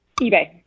eBay